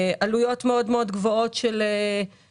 יש עלויות מאוד מאוד גבוהות של בייבי